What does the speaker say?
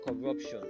corruption